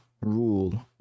rule